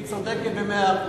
והיא צודקת במאה אחוזים.